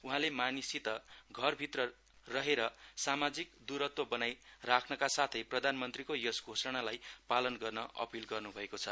उहाँले मानिससित घर भित्र रहेर सामाजिक दुरत्व बनाइ राखेर प्रधानमन्त्रीको यस घोषणालाई पालन गर्न अपील गर्नुभएको छ